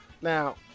Now